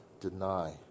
deny